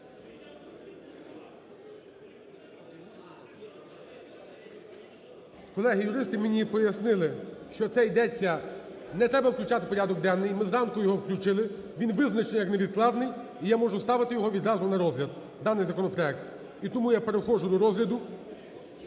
Колеги, юристи мені пояснили, що це йдеться... не треба включати в порядок денний. Ми зранку його включили, він визначений як невідкладний. Я можу ставити його відразу на розгляд, даний законопроект. І тому я переходжу до розгляду